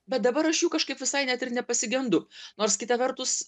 bet dabar aš jų kažkaip visai net ir nepasigendu nors kita vertus